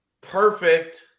perfect